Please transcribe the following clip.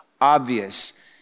obvious